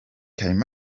came